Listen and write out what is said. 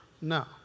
No